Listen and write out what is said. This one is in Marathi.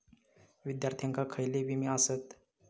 विद्यार्थ्यांका खयले विमे आसत?